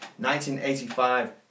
1985